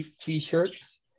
T-shirts